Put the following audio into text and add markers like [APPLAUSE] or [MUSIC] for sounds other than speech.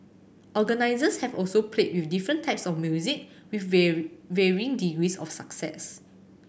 organizers have also played with different types of music with [UNINTELLIGIBLE] varying degrees of success